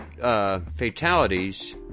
fatalities